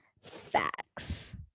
facts